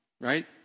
right